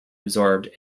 absorbed